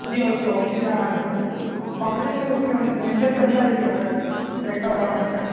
جی ہو جی ہو وہیں پہ جانا ہے میرے کو آلریڈی میں اس میں مینشن کر دیا ایڈریس کیسا جانا ہے کیا